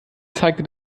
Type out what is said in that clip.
zeigte